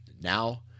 Now